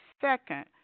second